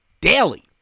daily